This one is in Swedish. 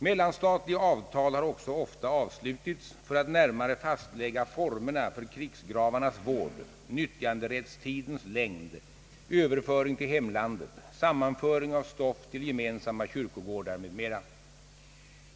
Mellanstatliga avtal har också ofta avslutits för att närmare fastlägga formerna för krigsgravarnas vård, nyttjanderättstidens längd, överföring till hemlandet, sammanföring av stoft till gemensamma kyrkogårdar m.m.